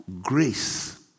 grace